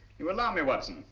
you alarm me, watson.